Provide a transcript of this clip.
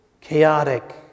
chaotic